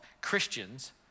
Christians